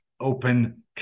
open